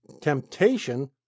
temptation